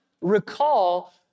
Recall